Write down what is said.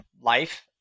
life